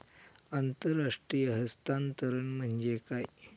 आंतरराष्ट्रीय हस्तांतरण म्हणजे काय?